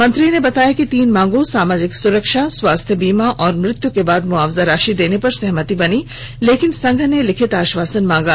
मंत्री ने बताया कि तीन मांगों सामाजिक सुरक्षा स्वास्थ्य बीमा और मृत्यु के बाद मुआवजा राशि देने पर सहमति बनी लेकिन संघ ने लिखित आश्वासन मांगा